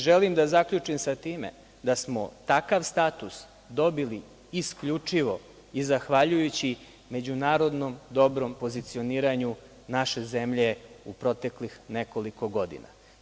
Želim da zaključim sa time da smo takav status dobili isključivo i zahvaljujući međunarodnom dobrom pozicioniranju naše zemlje u proteklih nekoliko godina.